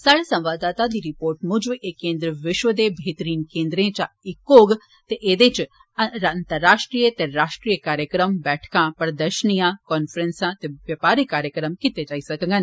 साड्डे संवाददाता दी रिपोर्ट मुजब एह् केन्द्र विश्व दे बेहतरीन केन्द्र च इक होग ते ऐदे च अंतर्राष्ट्रीय ते राष्ट्रीय कार्यक्रम बैठका प्रदर्शनिया कांफ्रैंसा ते व्यौपारिक कार्यक्रम कीते जाई सकङन